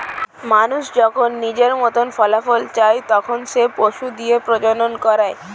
মানুষ যখন নিজের মতন ফলাফল চায়, তখন সে পশু দিয়ে প্রজনন করায়